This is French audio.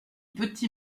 petit